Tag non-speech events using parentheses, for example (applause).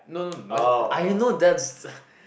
no no (noise) I know that's (breath)